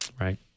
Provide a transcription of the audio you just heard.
right